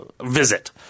visit